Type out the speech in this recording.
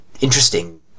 interesting